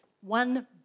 One